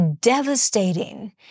devastating